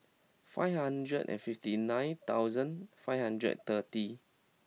five hundred and fifty nine thousand five hundred thirty